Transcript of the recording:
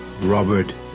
Robert